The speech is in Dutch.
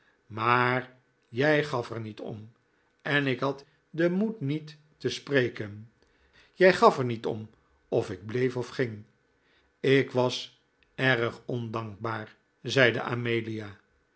maar jij gaf er niet om en ik had den moed niet te spreken jij gaf er niet om of ik bleef of ging ik was erg ondankbaar zeide amelia